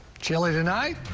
chilly tonight.